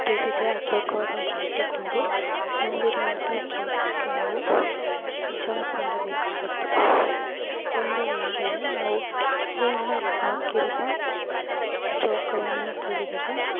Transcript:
ತುಳಿದೆ ಆ ಚೌಕವನ್ನು ದಾಟಿಕೊಂಡು ಮುಂದಿರುವಂಥ ಚೌಕಕ್ಕೆ ನಾವು ಜಂಪ್ ಮಾಡಬೇಕಾಗಿತ್ತು ಒಂದು ವೇಳೆ ನಾವು ಬಿಲ್ಲೆಯನ್ನು ಹಾಕಿರುವ ಚೌಕವನ್ನು ತುಳಿದರೆ